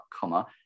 Comma